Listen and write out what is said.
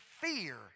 fear